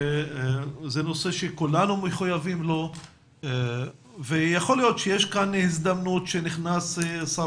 זה נושא שכולנו מחויבים לו ויכול להיות שיש כאן הזדמנות שנכנס שר